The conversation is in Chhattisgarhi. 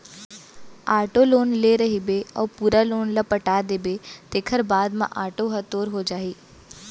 आटो लोन ले रहिबे अउ पूरा लोन ल पटा देबे तेखर बाद म आटो ह तोर हो जाही